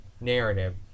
narrative